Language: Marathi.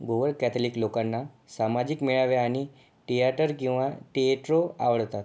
गोवन कॅथलिक लोकांना सामाजिक मेळावे आणि टियाटर किंवा टिएट्रो आवडतात